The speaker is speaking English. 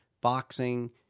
boxing